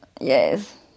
Yes